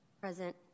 Present